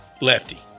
lefty